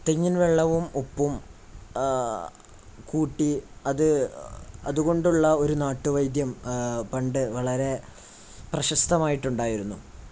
തെങ്ങിൻ വെള്ളവും ഉപ്പും കൂട്ടി അതുകൊണ്ടുള്ള ഒരു നാട്ടുവൈദ്യം പണ്ട് വളരെ പ്രശസ്തമായിട്ടുണ്ടായിരുന്നു